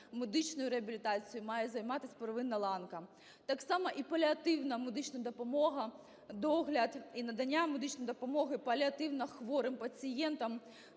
медичною реабілітацією має займатись первинна ланка. Так само і паліативна медична допомога. Догляд і надання медичної допомоги паліативно хворим пацієнтам